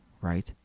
right